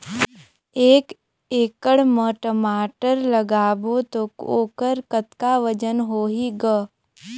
एक एकड़ म टमाटर लगाबो तो ओकर कतका वजन होही ग?